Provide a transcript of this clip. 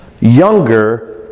younger